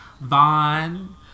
Vaughn